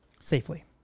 safely